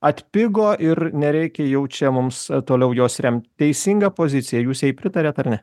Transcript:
atpigo ir nereikia jau čia mums toliau jos remt teisinga pozicija jūs jai pritariat ar ne